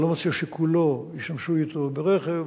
אני לא מציע שכולו ישתמשו בו ברכב,